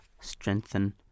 strengthen